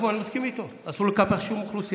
אני מסכים איתו, אסור לקפח שום אוכלוסייה,